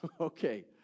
okay